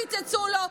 קיצצו לו.